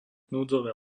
núdzové